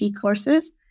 courses